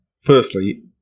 firstly